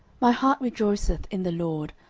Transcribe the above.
my heart rejoiceth in the lord,